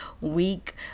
week